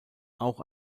auch